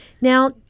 Now